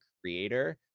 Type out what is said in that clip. creator